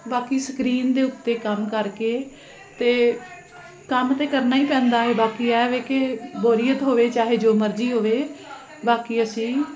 ਬਾਕੀ ਸਕਰੀਨ ਦੇ ਉੱਤੇ ਕੰਮ ਕਰਕੇ ਅਤੇ ਕੰਮ ਤਾਂ ਕਰਨਾ ਹੀ ਪੈਂਦਾ ਹੈ ਬਾਕੀ ਇਹ ਹੈ ਕਿ ਬੋਰੀਅਤ ਹੋਵੇ ਚਾਹੇ ਜੋ ਮਰਜ਼ੀ ਹੋਵੇ ਬਾਕੀ ਅਸੀਂ